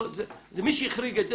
מי שהחריג את זה,